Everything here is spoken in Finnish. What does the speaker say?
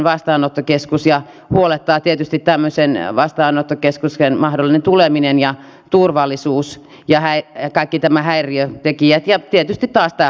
ministeri te tuossa totesitte että veroprosentit ovat tapissa ja kuitenkin meillä on kuntalaki joka edellyttää aika tiukasti alijäämän kattamisen ja tämmöisen kriisikuntamenettelyn